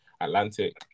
Atlantic